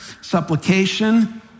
supplication